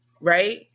right